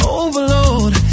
overload